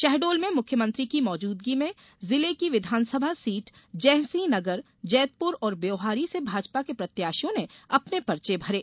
शहडोल में मुख्यमंत्री की मौजूदगी में जिले की विधानसभा सीट जयसिंह नगर जैतपुर और ब्यौहारी से भाजपा के प्रत्याशियों ने अपने पर्चे भरे